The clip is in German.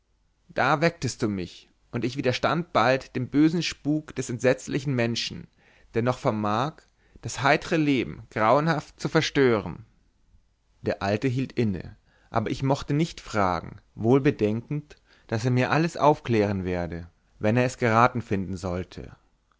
da wecktest du mich und ich widerstand bald dem bösen spuk des entsetzlichen menchen der noch vermag das heitre leben grauenhaft zu verstören der alte hielt inne aber ich mochte nicht fragen wohlbedenkend daß er mir alles aufklären werde wenn er es geraten finden sollte